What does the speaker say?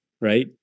right